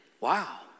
Wow